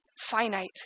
finite